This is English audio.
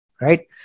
right